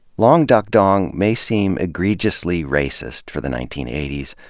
long duk dong may seem egregiously racist for the nineteen eighty s,